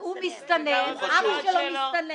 הוא מסתנן, אבא שלו מסתנן